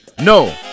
No